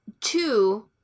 two